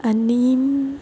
आनी